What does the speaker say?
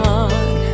on